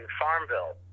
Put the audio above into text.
Farmville